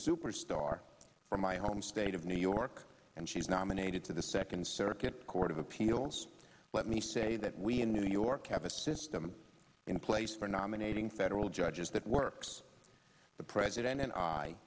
superstar from my home state of new york and she's nominated to the second circuit court of appeals let me say that we in new york have a system in place for nominating federal judges that works the president and i